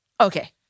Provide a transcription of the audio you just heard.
okay